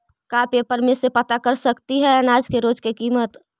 का पेपर में से पता कर सकती है अनाज के रोज के किमत?